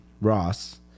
Ross